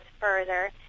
further